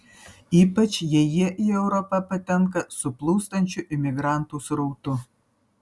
ypač jei jie į europą patenka su plūstančiu imigrantų srautu